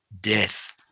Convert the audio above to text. death